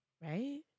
Right